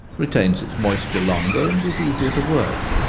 retains its moisture longer, and is easier to work.